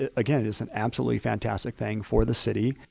ah again, is an absolutely fantastic thing for the city,